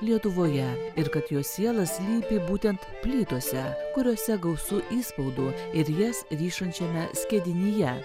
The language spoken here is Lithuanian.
lietuvoje ir kad jo siela slypi būtent plytose kuriose gausu įspaudų ir jas ryšančiame skiedinyje